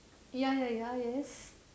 ya ya ya yes